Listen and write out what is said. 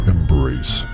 Embrace